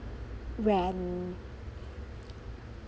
when